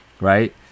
right